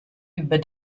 über